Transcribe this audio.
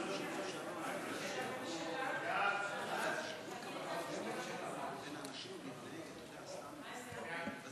חוק